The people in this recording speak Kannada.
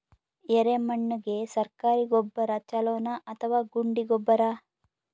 ಎರೆಮಣ್ ಗೆ ಸರ್ಕಾರಿ ಗೊಬ್ಬರ ಛೂಲೊ ನಾ ಅಥವಾ ಗುಂಡಿ ಗೊಬ್ಬರ?